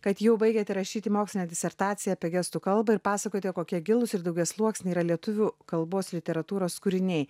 kad jau baigiate rašyti mokslinę disertaciją apie gestų kalbą ir pasakojote kokie gilūs ir daugiasluoksniai yra lietuvių kalbos literatūros kūriniai